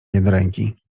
jednoręki